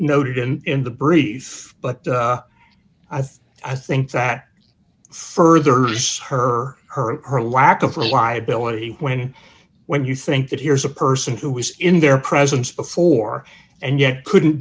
noted in in the brief but i think that furthers her her her lack of reliability when when you think that here's a person who was in their presence before and yet couldn't